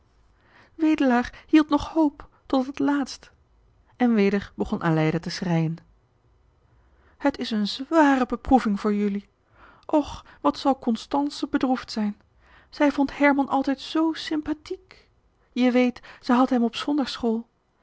wedelaar hield nog hoop tot het laatst en weder begon aleida te schreien het is een zware beproeving voor jullie och wat zal constance bedroefd zijn zij vond herman altijd zoo sympâthique je weet zij had hem op zondags school